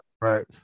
right